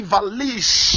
Valish